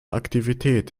aktivität